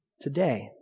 today